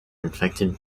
infected